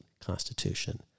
constitution